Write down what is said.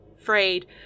frayed